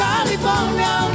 California